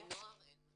בנוער אין מצלמות.